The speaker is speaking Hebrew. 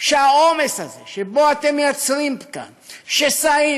שהעומס הזה שבו אתם מייצרים כאן שסעים